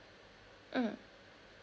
mm